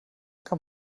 kann